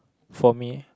for me